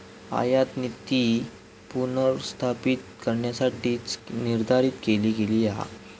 आयातनीती पुनर्स्थापित करण्यासाठीच निर्धारित केली गेली हा